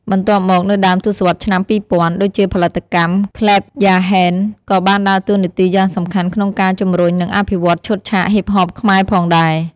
បន្ទាប់មក នៅដើមទសវត្សរ៍ឆ្នាំ ២០០០ ដូចជាផលិតកម្ម ក្លេប យ៉ាហេន ក៏បានដើរតួនាទីយ៉ាងសំខាន់ក្នុងការជំរុញ និងអភិវឌ្ឍឈុតឆាកហ៊ីបហបខ្មែរផងដែរ។